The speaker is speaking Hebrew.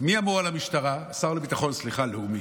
השר לביטחון לאומי,